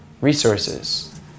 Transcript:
resources